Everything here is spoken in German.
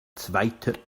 zweiter